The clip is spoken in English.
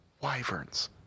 wyverns